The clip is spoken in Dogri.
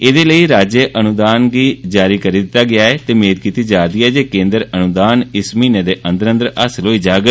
एह्दे लेई राज्य अनुदान गी जारी करी दित्ता गेदा ऐ ते मेद कीती जा'रदी ऐ जे केन्द्र अनुदान इस महीने दे अंदर अंदर हासल होई जाग